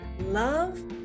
love